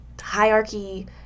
hierarchy